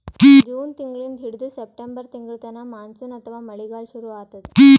June ತಿಂಗಳಿಂದ್ ಹಿಡದು September ತಿಂಗಳ್ತನಾ ಮಾನ್ಸೂನ್ ಅಥವಾ ಮಳಿಗಾಲ್ ಶುರು ಆತದ್